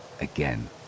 again